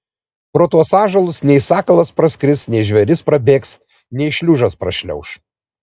pro tuos ąžuolus nei sakalas praskris nei žvėris prabėgs nei šliužas prašliauš